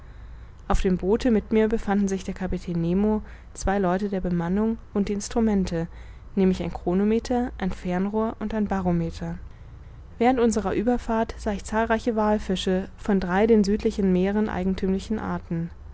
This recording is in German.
auf dem boote mit mir befanden sich der kapitän nemo zwei leute der bemannung und die instrumente nämlich ein chronometer ein fernrohr und ein barometer während unserer ueberfahrt sah ich zahlreiche wallfische von drei den südlichen meeren eigenthümlichen arten